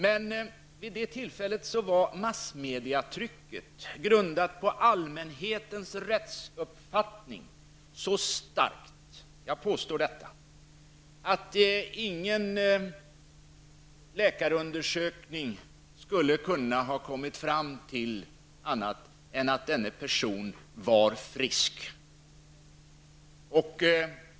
Men vid det tillfället var massmediatrycket, grundat på allmänhetens rättsuppfattning, så starkt -- jag påstår detta -- att ingen läkarundersökning skulle kunna ha kommit fram till annat än att denna person var frisk.